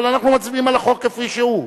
אבל אנחנו מצביעים על החוק כפי שהוא.